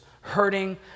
hurting